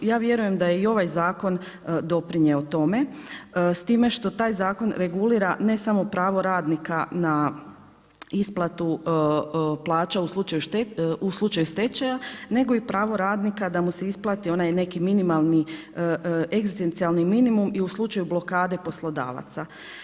Ja vjerujem da je ovaj zakon doprinijeo tome s time što taj zakon regulira ne samo pravo radnika na isplatu plaća u slučaju stečaja nego i pravo radnika da mu se isplati ovan neki minimalni egzistencijalni minimum i u slučaju blokade poslodavaca.